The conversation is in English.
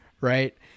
right